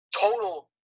Total